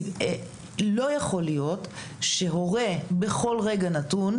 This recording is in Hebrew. לא יכול להיות שהורה בכל כרגע נתון,